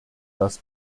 das